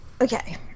Okay